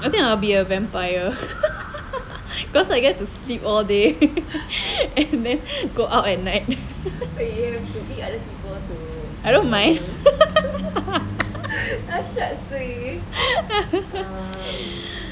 I think I will be a vampire because I get to sleep all day they go out at night I don't mind